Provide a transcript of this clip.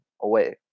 away